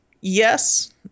Yes